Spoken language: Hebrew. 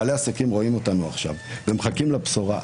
בעלי עסקים רואים אותנו עכשיו ומחכים לבשורה.